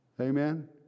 Amen